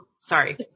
sorry